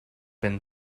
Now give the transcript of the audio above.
been